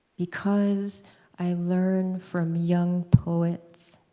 because i learn from young poets.